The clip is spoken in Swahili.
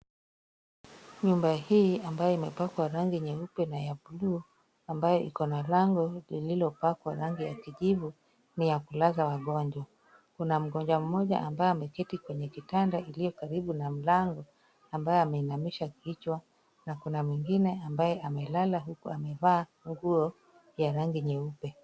Nyumba hii ambayo imepakwa rangi nyeupe na ya buluu ambayo iko na lango lililopakwa rangi ya kijivu ni ya kulaza wagonjwa. Kuna mgonjwa mmoja ambaye ameketi kwenye kitanda iliyokuwa karibu na mlango, ambaye ameinamisha kichwa na kuna mwingine amelala huku amevaa nguo ya rangi nyeupe.